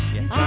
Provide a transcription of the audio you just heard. Yes